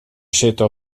zitten